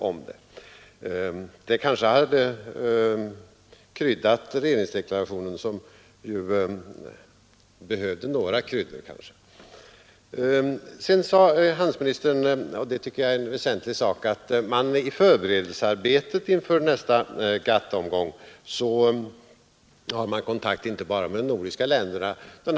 Den informationen hade kryddat regeringsdeklarationen, som behövde några kryddor. Sedan sade handelsministern, och det tycker jag är väsentligt, att man i förberedelsearbetet inför nästa GATT-omgång har kontakt inte bara med de nordiska länderna.